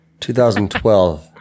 2012